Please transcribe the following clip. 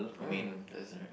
oh that's right